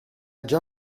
già